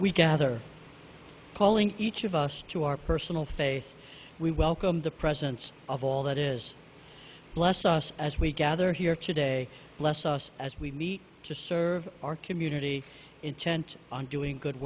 we gather calling each of us to our personal faith we welcome the presence of all that is bless us as we gather here today bless us as we meet to serve our community intent on doing good